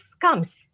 comes